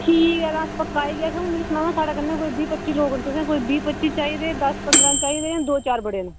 ठीक ऐ तां पक्का आई गे अच्छा हुन मिकी सनाओ हां साढ़े कन्नै कोई बीह् पच्ची लोक न तुसें कोई बीह् पच्ची चाहिदे दस पंदरां चाहिदे जां दो चार बड़े न